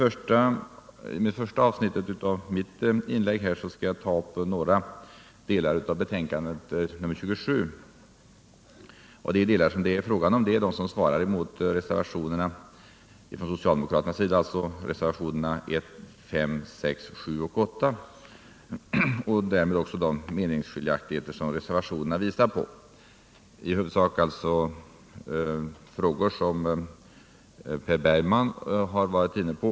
I det första avsnittet av mitt inlägg skall jag ta upp några delar av betänkandet nr 27. De delar som det är fråga om är de som svarar mot de socialdemokratiska reservationerna 1, 5. 6, 7 och 8 och därmed också de meningsskiljaktigheter som reservationerna visar på, I huvudsak alliså frågor som Per Bergman har varit inne på.